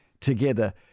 together